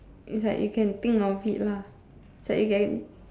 is like you can think of it lah is like you can